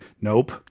nope